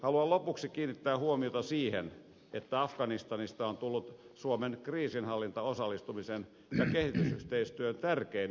haluan lopuksi kiinnittää huomiota siihen että afganistanista on tullut suomen kriisinhallintaosallistumisen ja kehitysyhteistyön tärkein yksittäinen kohdemaa